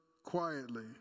quietly